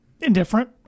Indifferent